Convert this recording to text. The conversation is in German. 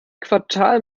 quartal